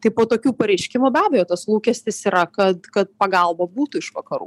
tai po tokių pareiškimų be abejo tas lūkestis yra kad kad pagalba būtų iš vakarų